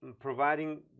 providing